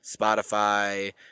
Spotify